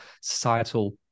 societal